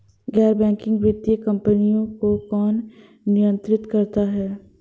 गैर बैंकिंग वित्तीय कंपनियों को कौन नियंत्रित करता है?